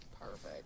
Perfect